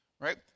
right